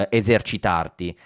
esercitarti